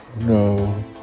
no